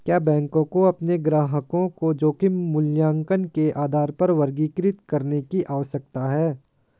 क्या बैंकों को अपने ग्राहकों को जोखिम मूल्यांकन के आधार पर वर्गीकृत करने की आवश्यकता है?